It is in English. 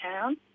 town